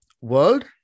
world